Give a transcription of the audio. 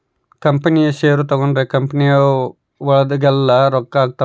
company share ತಗೊಂಡ್ರ company ಬೆಳ್ದಂಗೆಲ್ಲ ರೊಕ್ಕ ಆಗ್ತವ್